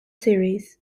series